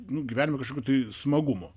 nu gyvenime kažkokių tai smagumų